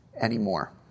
anymore